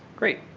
great.